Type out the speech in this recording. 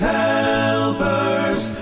helpers